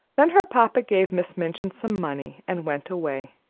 then her papa gave miss minchin some money and went away,